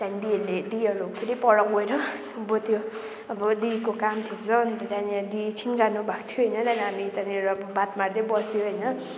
त्यहाँदेखि दिदीहरू फेरि पर गएर अब त्यो अब दिएको काम थिएछ अनि त्यहाँनिर दी एकछिन जानुभएको थियो होइन त्यहाँदेखि त्यहाँनिर बात मार्दै बस्यो होइन